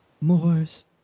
Moors